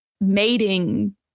mating